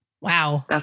Wow